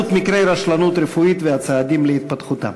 עלות מקרי רשלנות רפואית והצעדים להתפתחותם,